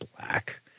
black